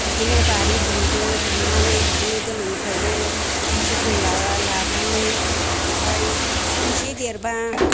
बिदिनो बारि दुमदो दुमनानै बिदिनो गोरलैनिफ्रायनो जोथोन लानानै ओमफ्राय एसे देरोबा